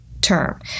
term